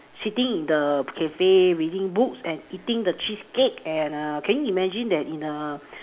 sitting in the cafe reading books and eating the cheesecake and a can you imagine that in a